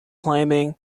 climbing